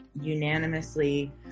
unanimously